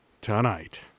tonight